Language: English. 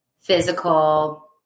physical